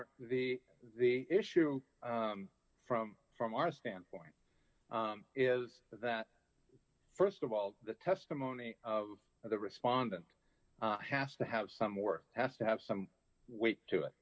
or the the issue from from our standpoint is that st of all the testimony of the respondent has to have some work has to have some weight to it